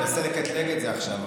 אני מנסה לקטלג את זה עכשיו,